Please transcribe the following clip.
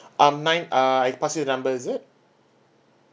um nine uh I pass you the number is it